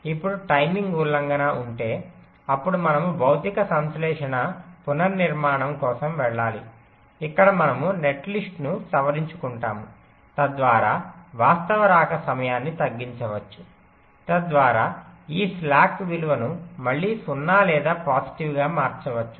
ఇప్పుడు టైమింగ్ ఉల్లంఘన ఉంటే అప్పుడు మనము భౌతిక సంశ్లేషణ పునర్నిర్మాణం కోసం వెళ్ళాలి ఇక్కడ మనము నెట్లిస్ట్ను సవరించుకుంటాము తద్వారా వాస్తవ రాక సమయాన్ని తగ్గించవచ్చు తద్వారా ఈ స్లాక్ విలువను మళ్లీ 0 లేదా పాజిటివ్గా మార్చవచ్చు